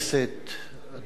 אדוני ראש הממשלה,